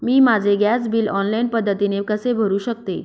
मी माझे gas bill online पद्धतीने कसे भरु शकते?